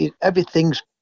everything's